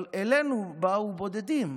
אבל אלינו באו בודדים.